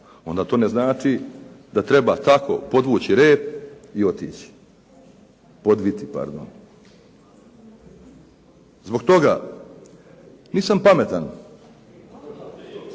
onda to ne znači da treba tako podvući rep i otići, podviti pardon. Zbog toga nisam pametan,